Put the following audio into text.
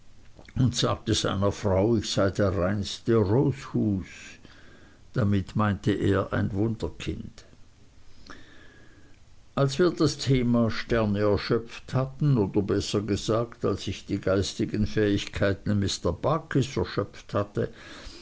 und sagte seiner frau ich sei der reinste roeshus damit meinte er ein wunderkind als wir das thema sterne erschöpft hatten oder besser gesagt als ich die geistigen fähigkeiten mr barkis erschöpft hatte